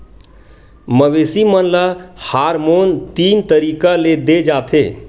मवेसी मन ल हारमोन तीन तरीका ले दे जाथे